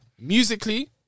musically